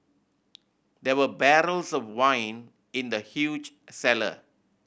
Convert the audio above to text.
there were barrels of wine in the huge cellar